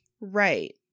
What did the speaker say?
Right